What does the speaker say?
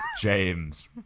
James